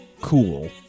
cool